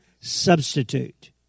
substitute